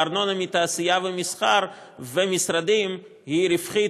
וארנונה מתעשייה ומסחר ומשרדים היא רווחית,